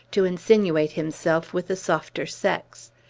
to insinuate himself with the softer sex.